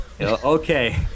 Okay